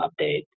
update